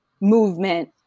movement